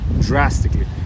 drastically